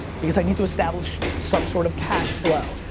because i need to establish some sort of cash flow,